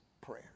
prayer